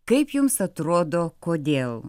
kaip jums atrodo kodėl